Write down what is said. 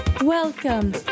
Welcome